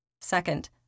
Second